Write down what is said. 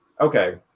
Okay